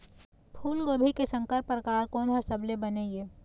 फूलगोभी के संकर परकार कोन हर सबले बने ये?